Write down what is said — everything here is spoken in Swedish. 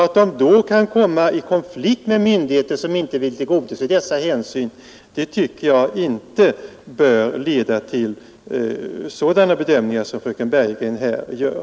Att de då kan komma i konflikt med myndigheter, som inte vill tillgodose dessa intressen, anser jag inte bör leda till sådana bedömningar som fröken Bergegren här gör.